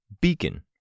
Beacon